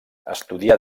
estudià